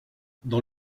dans